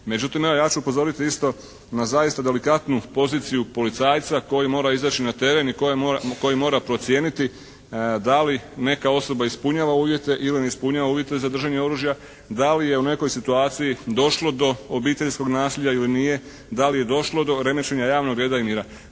Međutim, ja ću upozoriti isto na zaista delikatnu poziciju policajca koji mora izaći na teren i koji mora procijeniti da li neka osoba ispunjava uvjete ili ne ispunjava uvjete za držanje oružja, da li je u nekoj situaciji došlo do obiteljskog nasilja ili nije, da li je došlo do remećenja javnog reda i mira.